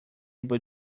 able